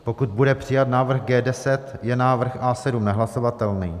pokud bude přijat návrh G10, je návrh A7 nehlasovatelný